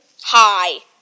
Hi